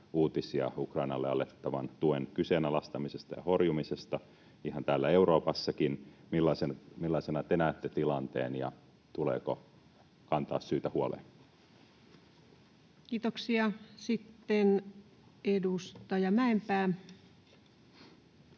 uutisia Ukrainalle annettavan tuen kyseenalaistamisesta ja horjumisesta ihan täällä Euroopassakin. Millaisena te näette tilanteen, ja tuleeko siitä kantaa huolta? Kiitoksia. — Sitten edustaja Mäenpää.